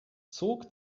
zog